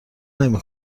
نمی